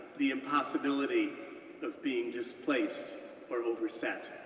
the impossibility of being displaced or overset.